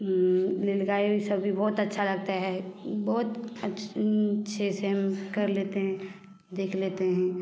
नील गाय भी सभी बहुत अच्छा लगता है बहुत अच्छे अच्छे से हम कर लेते हैं देख लेते हैं